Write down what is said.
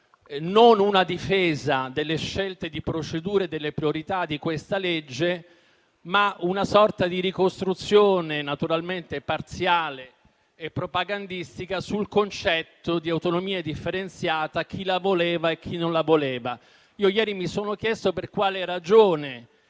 non difendevano le scelte di procedura e le priorità di questo disegno di legge, ma facevano una sorta di ricostruzione, naturalmente parziale e propagandistica, sul concetto di autonomia differenziata, su chi la voleva e chi non la voleva. Io ieri mi sono chiesto per quale ragione